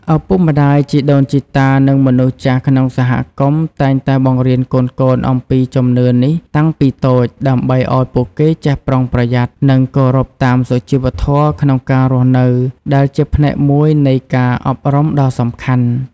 ឪពុកម្ដាយ ជីដូនជីតា និងមនុស្សចាស់ក្នុងសហគមន៍ តែងតែបង្រៀនកូនៗអំពីជំនឿនេះតាំងពីតូច ដើម្បីឲ្យពួកគេចេះប្រុងប្រយ័ត្ន និងគោរពតាមសុជីវធម៌ក្នុងការរស់នៅ ដែលជាផ្នែកមួយនៃការអប់រំដ៏សំខាន់។